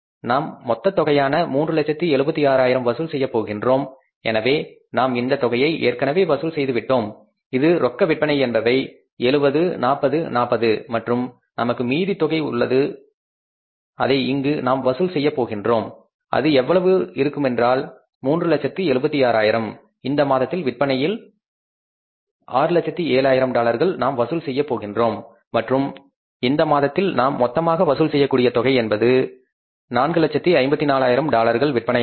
நாம் மொத்தத் தொகையான 376000 வசூல் செய்யப் போகின்றோம் எனவே நாம் இந்தத் தொகையை ஏற்கனவே வசூல் செய்து விட்டோம் இது ரொக்க விற்பனை என்பவை 70 40 40 மற்றும் நமக்கு மீதி தொகை உள்ளது அதை இங்கு நாம் வசூல் செய்யப் போகின்றோம் அது எவ்வளவு இருக்கும் என்றால் 376000 இந்த மாதத்தில் விற்பனையில் 607000 டாலர்களை நாம் வசூல் செய்யப் போகின்றோம் மற்றும் இந்த மாதத்தில் நாம் மொத்தமாக வசூல் செய்யக்கூடிய தொகை என்பது 454000 டாலர்கள் விற்பனையாகும்